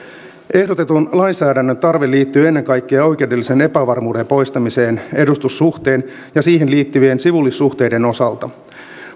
ehdotetun lainsäädännön tarve liittyy ennen kaikkea oikeudellisen epävarmuuden poistamiseen edustussuhteen ja siihen liittyvien sivullissuhteiden osalta